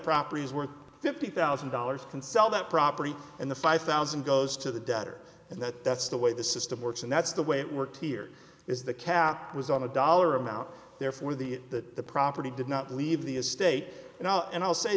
property is worth fifty thousand dollars can sell that property in the five thousand goes to the debtor and that's the way the system works and that's the way it works here is the cap was on a dollar amount therefore the that the property did not leave the estate now and i'll say